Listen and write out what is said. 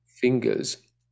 fingers